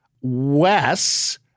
Wes